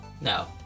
No